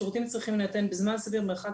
שירותים צריכים להינתן בזמן סביר ובמרחק